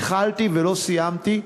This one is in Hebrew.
כי התחלתי ולא סיימתי,